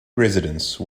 residence